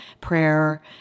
prayer